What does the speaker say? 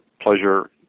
pleasure